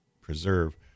preserve